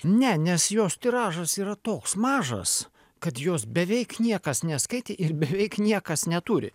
ne nes jos tiražas yra toks mažas kad jos beveik niekas neskaitė ir beveik niekas neturi